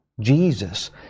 Jesus